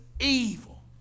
evil